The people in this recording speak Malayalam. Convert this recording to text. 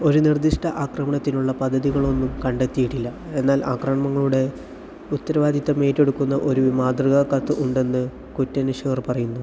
ഒരു നിർദ്ദിഷ്ട ആക്രമണത്തിനുള്ള പദ്ധതികളൊന്നും കണ്ടെത്തിയിട്ടില്ല എന്നാൽ ആക്രമണങ്ങളുടെ ഉത്തരവാദിത്വം ഏറ്റെടുക്കുന്ന ഒരു മാതൃകാ കത്ത് ഉണ്ടെന്ന് കുറ്റാന്വേഷകർ പറയുന്നു